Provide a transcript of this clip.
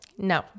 No